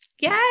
Yay